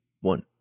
one